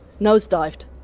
nosedived